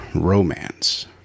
romance